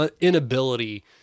inability